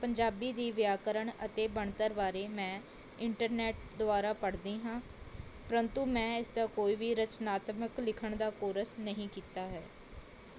ਪੰਜਾਬੀ ਦੀ ਵਿਆਕਰਨ ਅਤੇ ਬਣਤਰ ਬਾਰੇ ਮੈਂ ਇੰਟਰਨੈੱਟ ਦੁਆਰਾ ਪੜ੍ਹਦੀ ਹਾਂ ਪਰੰਤੂ ਮੈਂ ਇਸ ਦਾ ਕੋਈ ਵੀ ਰਚਨਾਤਮਕ ਲਿੱਖਣ ਦਾ ਕੋਰਸ ਨਹੀਂ ਕੀਤਾ ਹੈ